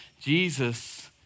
Jesus